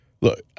Look